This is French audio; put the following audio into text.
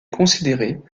considérée